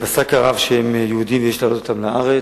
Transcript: פסק הרב שהם יהודים ויש להעלות אותם לארץ.